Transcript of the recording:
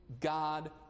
God